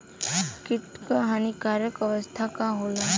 कीट क हानिकारक अवस्था का होला?